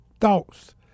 thoughts